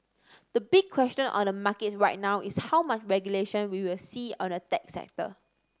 the big question on the markets right now is how much regulation we will see on the tech sector